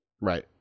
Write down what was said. right